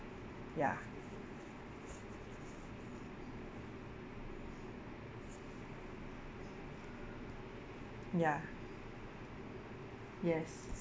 ya ya yes